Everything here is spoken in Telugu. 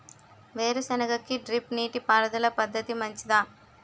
వేరుసెనగ కి డ్రిప్ నీటిపారుదల పద్ధతి మంచిదా?